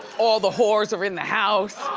all the whores are in the house.